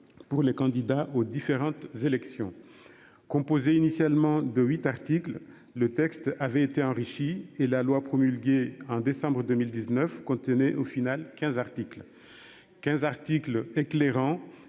Pour les candidats aux différentes élections. Composée initialement de huit articles, le texte avait été enrichi et la loi promulguée en décembre 2019 contenait au final 15 articles. 15 articles éclairants